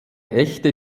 echte